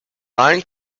line